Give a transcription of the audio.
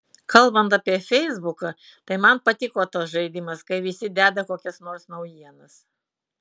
kalbant apie feisbuką tai man patiko tas žaidimas kai visi deda kokias nors naujienas